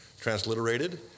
transliterated